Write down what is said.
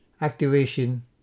activation